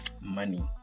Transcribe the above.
money